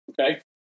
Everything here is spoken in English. Okay